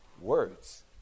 words